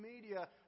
media